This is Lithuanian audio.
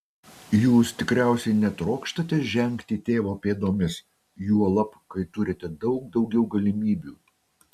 jūs tikriausiai netrokštate žengti tėvo pėdomis juolab kai turite daug daugiau galimybių